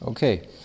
Okay